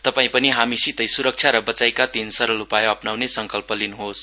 तपाई पनि हामीसितै सुरक्षा र बचाईका तीन सरल उपाय अप्नाउने संकल्प गर्नुहोस